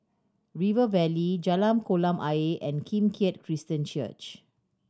River Valley Jalan Kolam Ayer and Kim Keat Christian Church